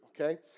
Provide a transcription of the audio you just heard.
okay